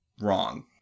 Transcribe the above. wrong